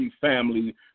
family